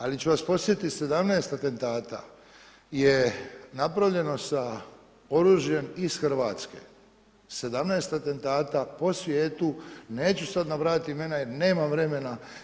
Ali ću vas podsjetit 17 atentata je napravljeno sa oružjem iz Hrvatske, 17 atentata po svijetu, neću sada nabrajat imena jer nemam vremena.